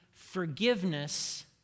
forgiveness